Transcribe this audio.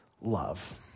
love